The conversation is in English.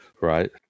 Right